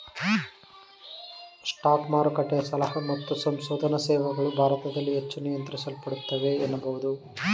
stock ಮಾರುಕಟ್ಟೆಯ ಸಲಹಾ ಮತ್ತು ಸಂಶೋಧನಾ ಸೇವೆಗಳು ಭಾರತದಲ್ಲಿ ಹೆಚ್ಚು ನಿಯಂತ್ರಿಸಲ್ಪಡುತ್ತವೆ ಎನ್ನಬಹುದು